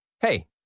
Hey